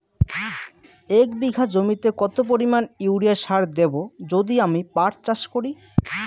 এক বিঘা জমিতে কত পরিমান ইউরিয়া সার দেব যদি আমি পাট চাষ করি?